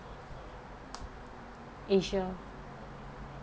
asia